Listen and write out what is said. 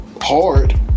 hard